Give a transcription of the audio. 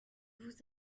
vous